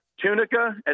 Tunica